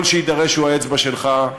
כל שיידרש הוא האצבע שלך,